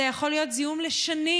זה יכול להיות זיהום לשנים,